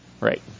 Right